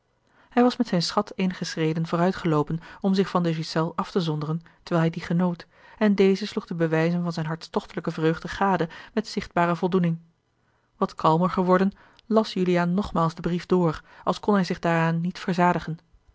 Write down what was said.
hij was met zijn schat eenige schreden vooruitgeloopen om zich van de ghiselles af te zonderen terwijl hij dien genoot en deze sloeg de bewijzen van zijne hartstochtelijke vreugde gade met zichtbare voldoening wat kalmer geworden las juliaan nogmaals den brief door als kon hij zich daaraan niet verzadigen